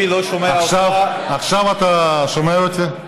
עכשיו אתה שומע אותי?